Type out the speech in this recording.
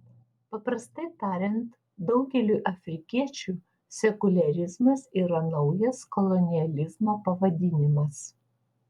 paprastai tariant daugeliui afrikiečių sekuliarizmas yra naujas kolonializmo pavadinimas